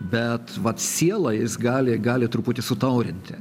bet vat sielą jis gali gali truputį sutaurinti